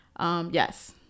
Yes